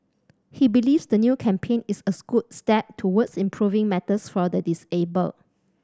he believes the new campaign is a good step towards improving matters for the disabled